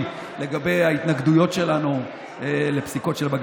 לגבי ההתנגדויות שלנו לפסיקות של בג"ץ.